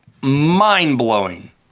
mind-blowing